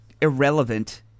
irrelevant